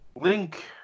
Link